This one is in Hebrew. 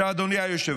עכשיו, אדוני היושב-ראש,